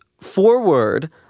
forward